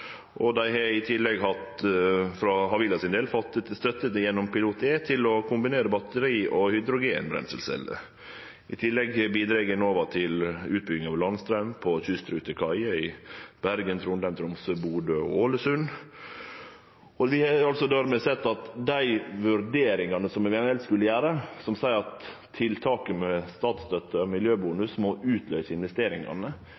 i tillegg fått støtte gjennom PILOT-E til å kombinere batteri og hydrogenbrenselceller. I tillegg bidreg Enova til utbygging av landstraum på kystrutekaier i Bergen, Trondheim, Tromsø, Bodø og Ålesund. Vi har dermed sett at dei vurderingane ein skulle gjere, som seier at tiltak med statsstøtte og